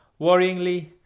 Worryingly